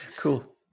Cool